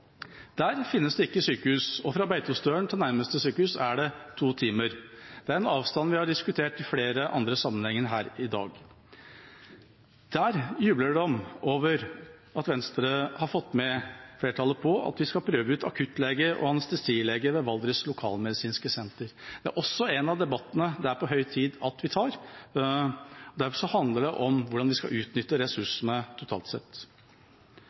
Der finnes det ikke sykehus, og fra Beitostølen til nærmeste sykehus er det to timer. Det er en avstand vi har diskutert i flere andre sammenhenger her i dag. Der jubler de over at Venstre har fått flertallet med på å prøve ut akuttlege og anestesilege ved Valdres lokalmedisinske senter. Det er også en av debattene det er på høy tid å ta. Derfor handler det om hvordan vi skal utnytte ressursene totalt sett.